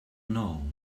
know